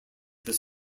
this